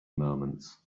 moments